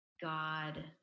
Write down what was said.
God